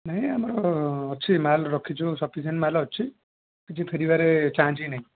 ନାଇ ଆମର ଅଛି ମାଲ ରଖିଛୁ ଶପିସେଣ୍ଟ ମାଲ ଅଛି କିଛି ଫେରିବାରେ ଚାନ୍ସ ହିଁ ନାହିଁ